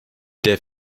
der